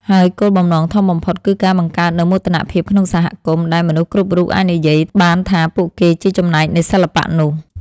ហើយគោលបំណងធំបំផុតគឺការបង្កើតនូវមោទនភាពក្នុងសហគមន៍ ដែលមនុស្សគ្រប់រូបអាចនិយាយបានថាពួកគេជាចំណែកនៃសិល្បៈនោះ។